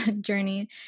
journey